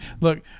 look